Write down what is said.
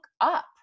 up